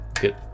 Good